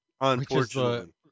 unfortunately